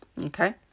Okay